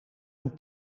een